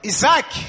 Isaac